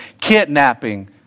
kidnapping